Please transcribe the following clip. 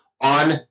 on